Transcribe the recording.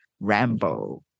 Rambo